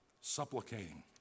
supplicating